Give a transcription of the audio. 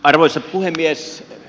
arvoisa puhemies